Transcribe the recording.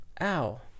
Ow